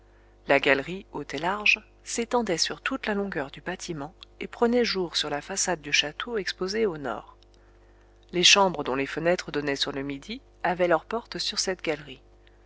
la galerie haute et large s'étendait sur toute la longueur du bâtiment et prenait jour sur la façade du château exposée au nord les chambres dont les fenêtres donnaient sur le midi avaient leurs portes sur cette galerie